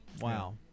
Wow